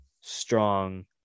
strong